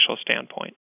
standpoint